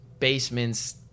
basements